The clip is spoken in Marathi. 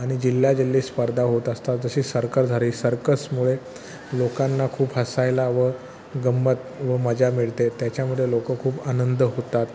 आणि जिल्हा जिल्ही स्पर्धा होत असतात जशी सर्कर झाली सर्कसमुळे लोकांना खूप हसायला व गंमत व मजा मिळते त्याच्यामध्ये लोक खूप आनंद होतात